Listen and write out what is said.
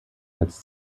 als